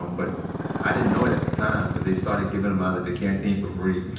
um but i didn't know it at the time, but they started giving em out at the canteen for free